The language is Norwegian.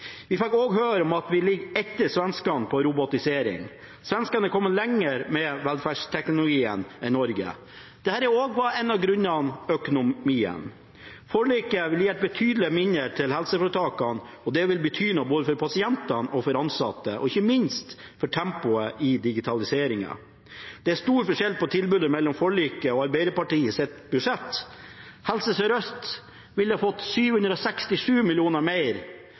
Vi fikk også høre at vi ligger etter svenskene på robotisering. Svenskene er kommet lenger med velferdsteknologien enn Norge. Også her var en av grunnene økonomien. Forliket vil gi betydelig mindre til helseforetakene, og det vil bety noe både for pasientene og for de ansatte, og ikke minst for tempoet i digitaliseringen. Det er stor forskjell på tilbudet mellom forliket og Arbeiderpartiets budsjett. Helse Sør-Øst ville fått 767 mill. kr mer,